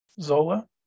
Zola